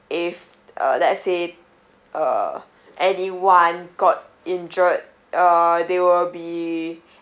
if uh let's say uh anyone got injured uh they will be